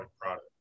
product